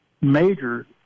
major